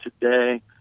today